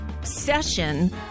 session